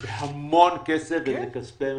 זה המון כסף, ומכספי מדינה.